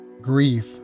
Grief